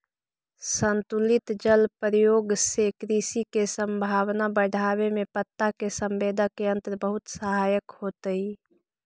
संतुलित जल प्रयोग से कृषि के संभावना बढ़ावे में पत्ता के संवेदक यंत्र बहुत सहायक होतई